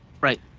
Right